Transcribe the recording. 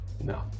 No